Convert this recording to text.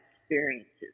experiences